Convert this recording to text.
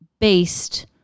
based